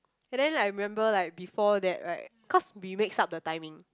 and then like I remember like before that right cause we mix up the timing